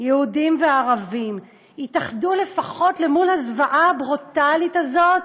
יהודים וערבים יתאחדו לפחות למול הזוועה הברוטלית הזאת,